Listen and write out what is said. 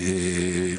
קדישא,